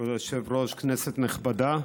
כבוד היושב-ראש, כנסת נכבדה,